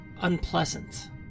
unpleasant